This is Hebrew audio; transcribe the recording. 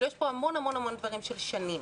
יש פה המון המון דברים שנמשכים